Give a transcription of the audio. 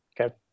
Okay